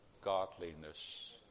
godliness